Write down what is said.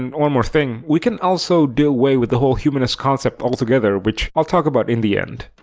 and one more thing, we can also do away with the whole humanness concept altogether, which i'll talk about in the end.